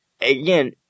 again